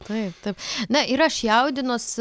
taip taip na ir aš jaudinuos